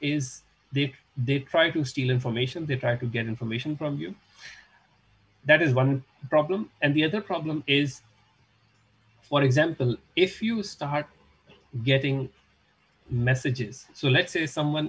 is they try to steal information they try to get information from you that is one problem and the other problem is for example if you start getting messages so let's say someone